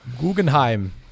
Guggenheim